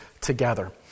together